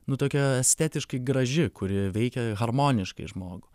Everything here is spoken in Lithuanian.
nu tokia estetiškai graži kuri veikia harmoniškai žmogų